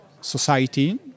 society